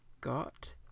got